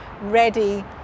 ready